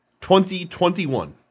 2021